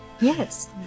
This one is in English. Yes